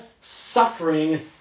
suffering